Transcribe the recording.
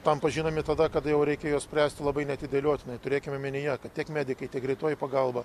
tampa žinomi tada kada jau reikia juos spręsti labai neatidėliotinai turėkim omenyje kad tiek medikai tiek greitoji pagalba